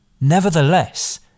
Nevertheless